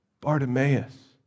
Bartimaeus